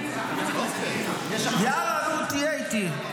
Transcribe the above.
יש החלטה --- יאללה, נו, תהיה איתי.